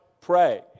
Pray